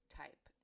type